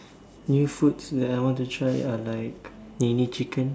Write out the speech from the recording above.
new foods that I want to try are like NeNe-chicken